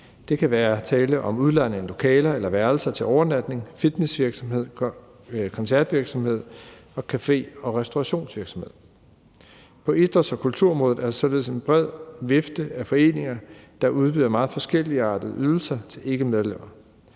Der kan være tale om udlejning af lokaler eller værelser til overnatning, fitnessvirksomhed, koncertvirksomhed og café- og restaurationsvirksomhed. På idræts- og kulturområdet er der således en bred vifte af foreninger, der udbyder meget forskelligartede ydelser til ikkemedlemmer.